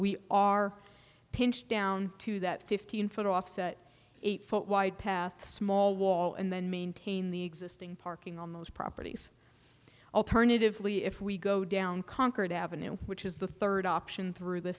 we are pinned down to that fifteen foot offset eight foot wide path small wall and then maintain the existing parking on those properties alternatively if we go down concord avenue which is the third option through the